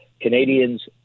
Canadians